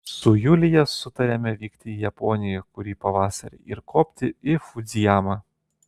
su julija sutarėme vykti į japoniją kurį pavasarį ir kopti į fudzijamą